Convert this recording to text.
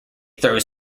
throws